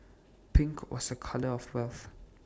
pink was A colour of health